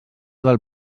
del